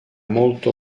molto